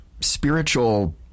spiritual